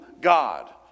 God